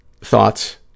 thoughts